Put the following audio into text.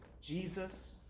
Jesus